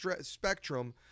spectrum